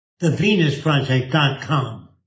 Thevenusproject.com